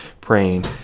praying